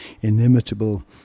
inimitable